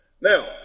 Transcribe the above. Now